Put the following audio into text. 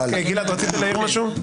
גלעד, רצית להעיר משהו?